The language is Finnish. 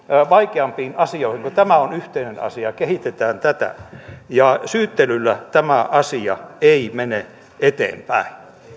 vaikeampiin asioihin kun tämä on yhteinen asia kehitetään tätä syyttelyllä tämä asia ei mene eteenpäin